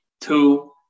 Two